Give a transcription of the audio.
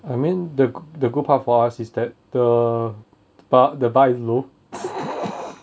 I mean the go~ the good part for us is that the bar the bar is low